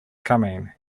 coming